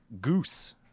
Goose